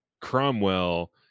Cromwell